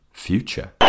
future